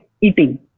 eating